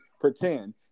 pretend